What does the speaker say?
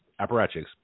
apparatchiks